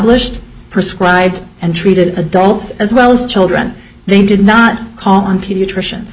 d prescribed and treated adults as well as children they did not call on pediatricians